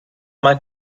mal